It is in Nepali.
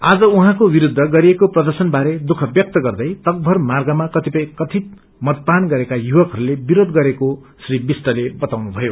आज उहाँको विरूद्ध गरिएकोप्रर्यशन बारे दुख व्यक्त गर्दै तकभर मार्गमा कतिपय कथित मदपान गरेका युवकहरूले विरोध गरेको श्री विष्टले वताउनुभयो